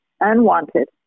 unwanted